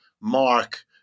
mark